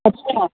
अच्छा